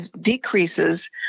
decreases